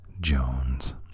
Jones